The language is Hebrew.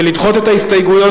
ולדחות את ההסתייגויות,